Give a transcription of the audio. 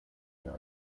where